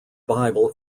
bible